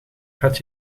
had